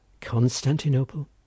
Constantinople